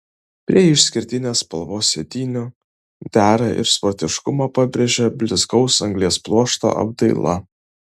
prie išskirtinės spalvos sėdynių dera ir sportiškumą pabrėžia blizgaus anglies pluošto apdaila